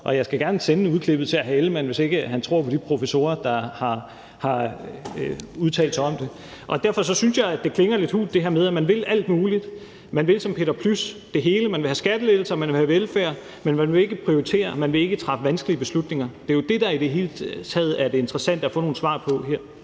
og jeg skal gerne sende udklippet til hr. Jakob Ellemann-Jensen, hvis han ikke tror på de professorer, der har udtalt sig om det. Derfor synes jeg, at det der med, at man vil alt muligt, klinger lidt hult. Man vil som Peter Plys det hele. Man vil have skattelettelser, man vil have velfærd, men man vil ikke prioritere, og man vil ikke træffe vanskelige beslutninger. Det er jo det, der i det hele taget er interessant at få nogle svar på.